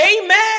Amen